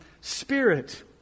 Spirit